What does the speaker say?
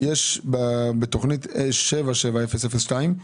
בתוכנית 77002,